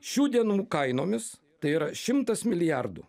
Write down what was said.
šių dienų kainomis tai yra šimtas milijardų